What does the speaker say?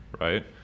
right